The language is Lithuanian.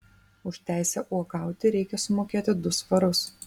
už teisę uogauti reikia sumokėti du svarus